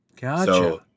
Gotcha